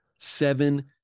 Seven